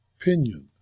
opinion